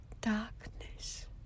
Darkness